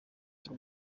cy’u